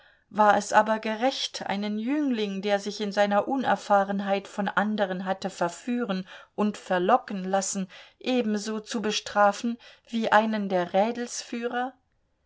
war es aber gerecht einen jüngling der sich in seiner unerfahrenheit von anderen hatte verführen und verlocken lassen ebenso zu bestrafen wie einen der rädelsführer